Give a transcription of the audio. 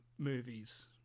movies